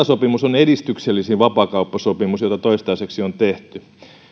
sopimus on edistyksellisin vapaakauppasopimus jota toistaiseksi on tehty